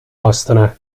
aastane